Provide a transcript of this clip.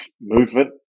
movement